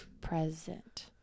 Present